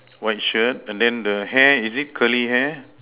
white shirt and then the hair is it curly hair